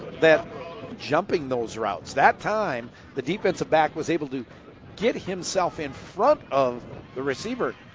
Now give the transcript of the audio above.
that jumping those routes, that time the defensive back was able to get himself in front of the receiver.